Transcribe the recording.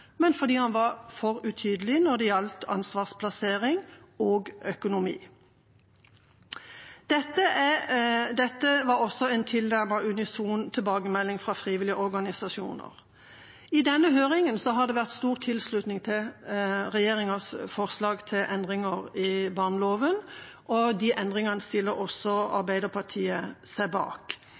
men fordi den var for utydelig når det gjelder ansvarsplassering og økonomi. Dette var også en tilnærmet unison tilbakemelding fra frivillige organisasjoner. I denne høringen har det vært stor tilslutning til regjeringas forslag til endringer i barneloven, og de endringene stiller også Arbeiderpartiet seg bak.